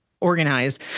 organize